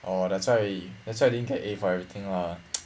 orh that's why that's why you didn't get a for everything lah